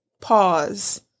pause